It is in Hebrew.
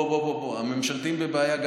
גם הממשלתיים בבעיה.